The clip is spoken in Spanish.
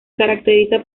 caracteriza